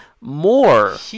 more